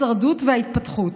ההישרדות וההתפתחות,